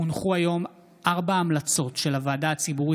הונחו היום ארבע המלצות של הוועדה הציבורית